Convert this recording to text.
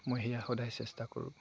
মই সেয়া সদায় চেষ্টা কৰোঁ